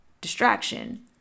distraction